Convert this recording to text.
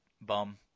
bum